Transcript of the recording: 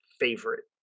favorite